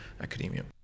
academia